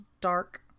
dark